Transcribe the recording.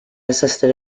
assisted